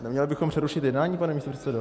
Neměli bychom přerušit jednání, pane místopředsedo?